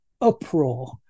uproar